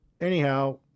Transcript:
anyhow